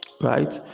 right